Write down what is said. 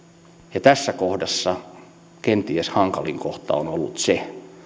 ja tässä kohdassa kenties hankalin kohta on ollut se